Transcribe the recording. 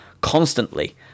constantly